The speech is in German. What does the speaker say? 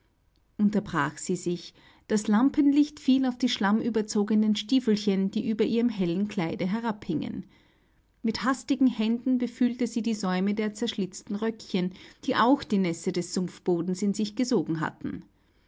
unterbrach sie sich das lampenlicht fiel auf die schlammüberzogenen stiefelchen die über ihrem hellen kleide herabhingen mit hastigen händen befühlte sie die säume der zerschlitzten röckchen die auch die nässe des sumpfbodens in sich gesogen hatten